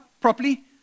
Properly